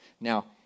Now